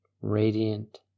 Radiant